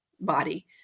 body